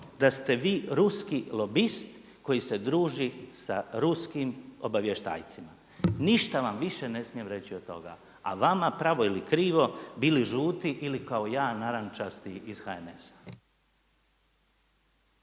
da ste vi ruski lobist koji se druži sa ruskim obavještajcima. Ništa vam više ne smijem reći od toga. A vama pravo ili krivo bili žuti ili kao ja narančasti iz HNS-a.